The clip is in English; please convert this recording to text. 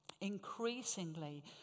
increasingly